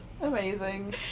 Amazing